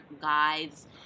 guides